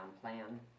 plan